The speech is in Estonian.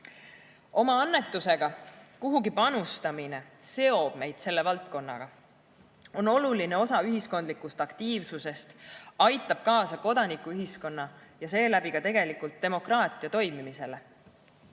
Oma annetusega kuhugi panustamine seob meid selle valdkonnaga. See on oluline osa ühiskondlikust aktiivsusest, aitab kaasa kodanikuühiskonna ja seeläbi ka tegelikult demokraatia toimimisele.